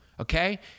okay